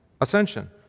ascension